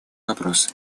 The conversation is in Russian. вопросы